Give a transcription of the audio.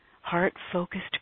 heart-focused